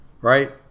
right